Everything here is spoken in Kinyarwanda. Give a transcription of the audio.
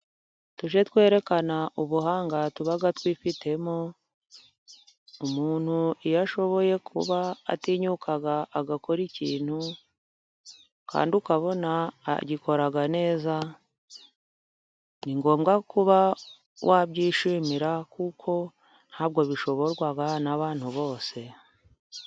Tujye twerekana ubuhanga tuba twifitemo. Umuntu iyo ashoboye kuba atinyuka agakora ikintu kandi ukabona agikora neza, ni ngombwa kuba wabyishimira kuko ntabwo bishoborwa n'abantu bose.